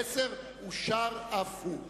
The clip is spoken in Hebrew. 2010 אושר אף הוא.